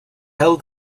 held